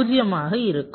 0 ஆக இருக்கும்